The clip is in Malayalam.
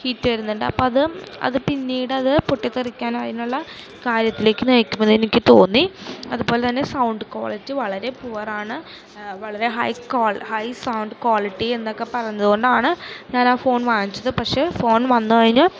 ഹീറ്റ് വരുന്നുണ്ട് അപ്പോള് അത് അത് പിന്നീടത് പൊട്ടിത്തെറിക്കാനോ അതിനുള്ള കാര്യത്തിലേക്ക് നയിക്കുമെന്നെനിക്ക് തോന്നി അതുപോലെ തന്നെ സൗണ്ട് ക്വാളിറ്റി വളരെ പുവറാണ് വളരെ ഹൈ സൗണ്ട് ക്വാളിറ്റി എന്നൊക്കെ പറഞ്ഞതുകൊണ്ടാണ് ഞാനാ ഫോൺ വാങ്ങിച്ചത് പക്ഷേ ഫോൺ വന്ന് കഴിഞ്ഞ്